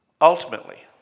ultimately